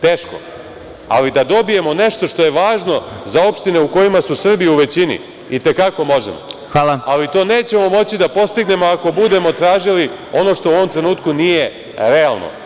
Teško, ali da dobijemo nešto što je važno za opštine u kojima su Srbi u većini i te kako možemo. (Predsedavajući: Hvala.) To nećemo moći da postignemo ako budemo tražili ono što u ovom trenutku nije realno.